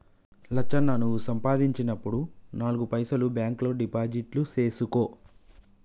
లచ్చన్న నువ్వు సంపాదించినప్పుడు నాలుగు పైసలు బాంక్ లో డిపాజిట్లు సేసుకో